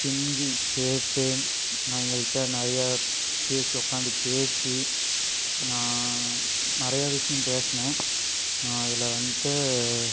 கெஞ்சி கேட்டு அவிங்கள்கிட்ட நிறைய பேசி உக்கார்ந்து பேசி நான் நிறைய விஷயம் பேசினேன் அதில் வந்துட்டு